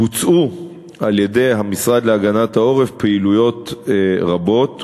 בוצעו על-ידי המשרד להגנת העורף פעולות רבות,